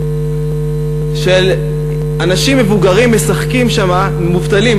של אנשים מבוגרים מובטלים,